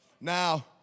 now